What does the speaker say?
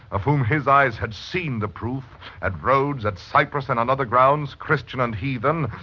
of whom his eyes had seen the proof at rhodes, at cyprus and on other grounds christian and heathen,